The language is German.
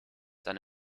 sein